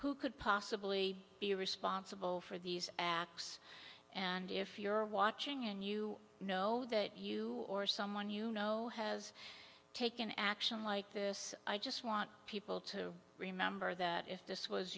who could possibly be responsible for these acts and if you're watching and you know that you or someone you know has taken action like this i just want people to remember that if this was